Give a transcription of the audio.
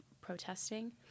protesting